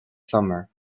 summer